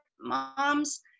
mom's